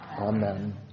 Amen